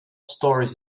stories